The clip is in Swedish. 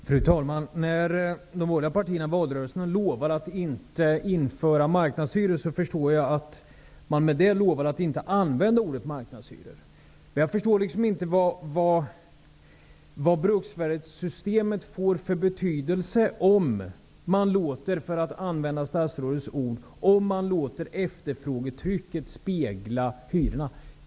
Fru talman! När de borgerliga partierna i valrörelsen lovade att inte införa marknadshyror förstår jag att de med detta lovade att inte använda ordet marknadshyror. Jag förstår dock inte vad bruksvärdesystemet får för betydelse om man låter -- för att använda statsrådets ord -- efterfrågetrycket spegla hyrorna.